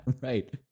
Right